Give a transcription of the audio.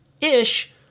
Ish